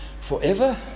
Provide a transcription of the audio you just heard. forever